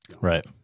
Right